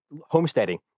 homesteading